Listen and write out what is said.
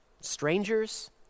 strangers